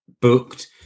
booked